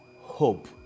hope